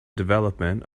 development